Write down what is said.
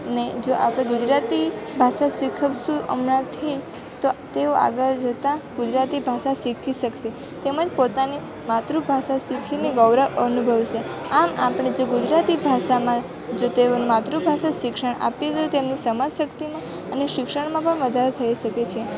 ને જો આપણે ગુજરાતી ભાષા શીખવીશું હમણાંથી જ તો તેઓ આગળ જતાં ગુજરાતી ભાષા શીખી શકશે તેમજ પોતાની માતૃભાષા શીખીને ગૌરવ અનુભવશે આમ આપણે જો ગુજરાતી ભાષામાં જો તેઓ માતૃભાષા શિક્ષણ આપે તેમની સમજશક્તિમાં અને શિક્ષણમાં પણ મદદ થઈ શકે છે